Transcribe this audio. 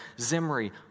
Zimri